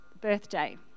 birthday